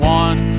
one